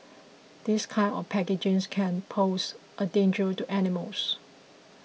this kind of packaging can pose a danger to animals